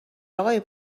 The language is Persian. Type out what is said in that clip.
آقای